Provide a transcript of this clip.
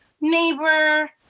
neighbor